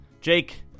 jake